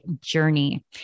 journey